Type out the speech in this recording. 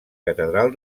catedral